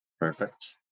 Perfect